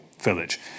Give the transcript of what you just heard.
village